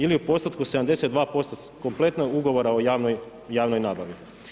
Ili u postotku 72% kompletnog ugovora o javnoj nabavi.